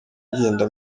ngenda